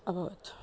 अभवत्